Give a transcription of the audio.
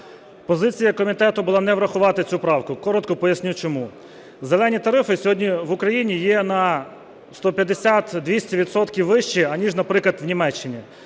Позиція комітету була не врахувати цю правку, коротко поясню чому. "Зелені" тарифи сьогодні в Україні є на 150-200 відсотків вищі, аніж, наприклад, в Німеччині.